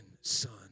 son